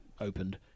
opened